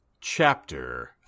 chapter